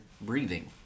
breathing